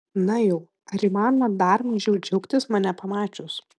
na jau ar įmanoma dar mažiau džiaugtis mane pamačius